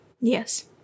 Yes